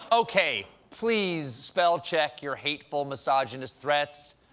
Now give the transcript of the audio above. okay, please, spell-check your hateful, misogynist threats!